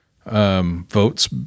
Votes